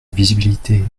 visibilité